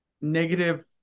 negative